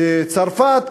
בצרפת,